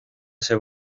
ese